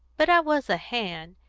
but i was a hand,